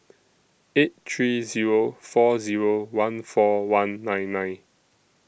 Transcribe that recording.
eight three Zero four Zero one four one nine nine